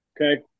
Okay